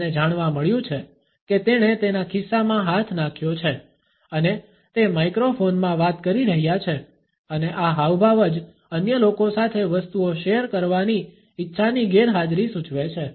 આપણને જાણવા મળ્યું છે કે તેણે તેના ખિસ્સામાં હાથ નાખ્યો છે અને તે માઇક્રોફોન માં વાત કરી રહ્યા છે અને આ હાવભાવ જ અન્ય લોકો સાથે વસ્તુઓ શેર કરવાની ઇચ્છાની ગેરહાજરી સૂચવે છે